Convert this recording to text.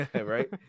Right